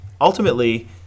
ultimately